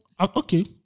okay